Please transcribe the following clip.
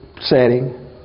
setting